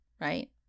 right